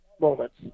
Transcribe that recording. moments